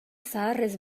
zaharrez